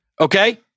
Okay